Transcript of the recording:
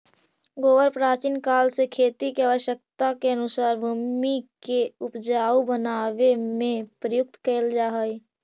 गोबर प्राचीन काल से खेती के आवश्यकता के अनुसार भूमि के ऊपजाऊ बनावे में प्रयुक्त कैल जा हई